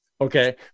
Okay